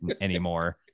anymore